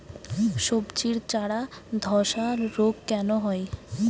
সবজির চারা ধ্বসা রোগ কেন হয়?